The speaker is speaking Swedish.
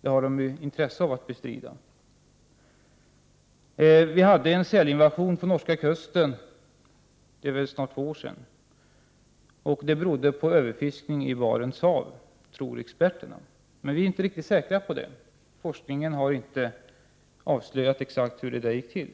De har ju intresse av att göra så. Det förekom en sälinvasion vid norska kusten för snart två år sedan. Experterna tror att det berodde på överfiskning i Barents hav. Vi är emellertid inte riktigt säkra på det. Forskningen har inte avslöjat exakt hur det gick till.